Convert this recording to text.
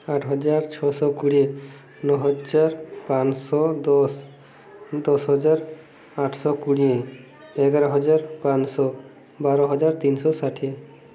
ଆଠ ହଜାର ଛଅଶହ କୋଡ଼ିଏ ନଅ ହଜାର ପାଞ୍ଚଶହ ଦଶ ଦଶ ହଜାର ଆଠଶହ କୋଡ଼ିଏ ଏଗାର ହଜାର ପାଞ୍ଚଶହ ବାର ହଜାର ତିନିଶହ ଷାଠିଏ